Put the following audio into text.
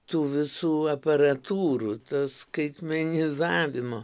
tų visų aparatūrų to skaitmenizavimo